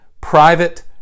private